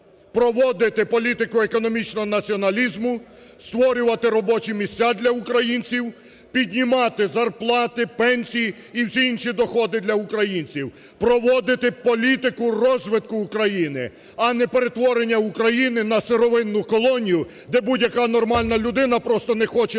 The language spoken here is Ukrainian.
проводити політику економічного націоналізму, створювати робочі місця для українців, піднімати зарплати, пенсії і всі інші доходи для українців. Проводити політику розвитку України, а не перетворення України на сировинну колонію, де будь-яка нормальна людина просто не хоче жити.